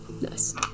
Nice